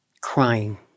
crying